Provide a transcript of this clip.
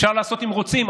אפשר לעשות אם רוצים,